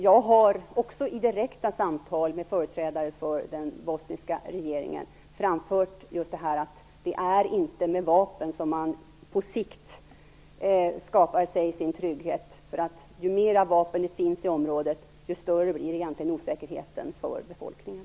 Jag har också i direkta samtal med företrädare för den bosniska regeringen framfört just detta att det inte är med vapen som man på sikt skapar sig sin trygghet. Ju mera vapen det finns i området desto större blir egentligen osäkerheten för befolkningen.